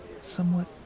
somewhat